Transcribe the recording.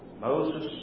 Moses